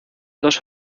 dos